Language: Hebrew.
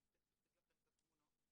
אני תיכף אציג לכם את התמונות.